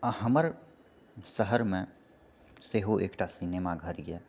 आ हमर शहरमे सेहो एकटा सिनेमा घर यऽ